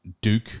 Duke